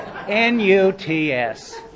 N-U-T-S